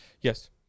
Yes